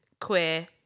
queer